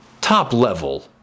top-level